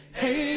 hey